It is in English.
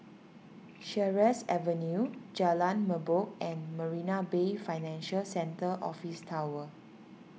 Sheares Avenue Jalan Merbok and Marina Bay Financial Centre Office Tower